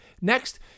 Next